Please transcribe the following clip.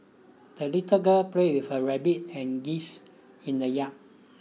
the little girl played with her rabbit and geese in the yard